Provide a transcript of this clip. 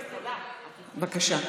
בבקשה.